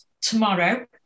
tomorrow